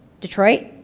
Detroit